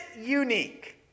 unique